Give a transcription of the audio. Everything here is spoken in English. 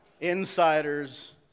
Insiders